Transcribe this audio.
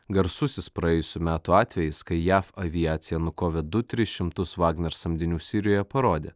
garsusis praėjusių metų atvejis kai jav aviacija nukovė du tris šimtus vagner samdinių sirijoje parodė